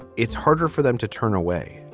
it's harder for them to turn away